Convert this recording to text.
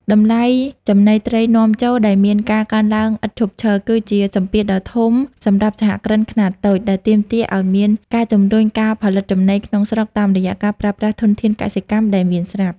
តម្លៃចំណីត្រីនាំចូលដែលមានការកើនឡើងឥតឈប់ឈរ គឺជាសម្ពាធដ៏ធំសម្រាប់សហគ្រិនខ្នាតតូច ដែលទាមទារឱ្យមានការជំរុញការផលិតចំណីក្នុងស្រុកតាមរយៈការប្រើប្រាស់ធនធានកសិកម្មដែលមានស្រាប់។